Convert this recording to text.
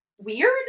weird